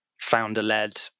founder-led